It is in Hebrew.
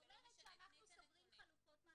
-- ואומרת שאנחנו סוגרים חלופות מעצר.